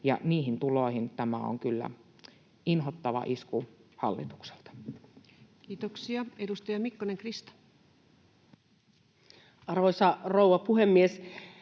Niihin tuloihin tämä on kyllä inhottava isku hallitukselta. Kiitoksia. — Edustaja Mikkonen, Krista. Arvoisa rouva puhemies!